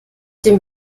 dem